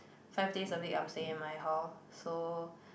five days a week I'm staying at my hall so